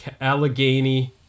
Allegheny